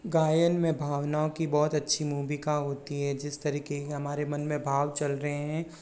गायन में भावनाओं की बहुत अच्छी भूमिका होती है जिस तरीके की हमारे मन में भाव चल रहे हैं